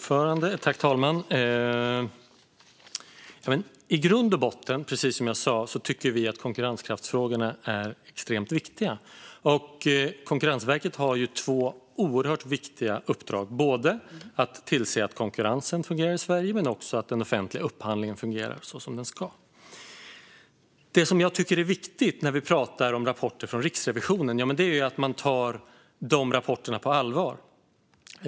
Fru talman! I grund och botten tycker vi som sagt att konkurrenskraftsfrågorna är extremt viktiga. Konkurrensverket har två oerhört viktiga uppdrag. Man ska se till att konkurrensen i Sverige fungerar men också att den offentliga upphandlingen fungerar som den ska. Det som jag tycker är viktigt när vi talar om rapporter från Riksrevisionen är att de ska tas på allvar.